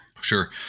Sure